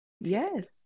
yes